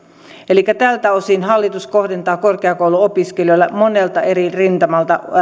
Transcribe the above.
elikkä tältä osin hallitus kohdentaa korkeakouluopiskelijoille monelta eri rintamalta